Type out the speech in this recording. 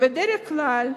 בדרך כלל,